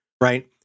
right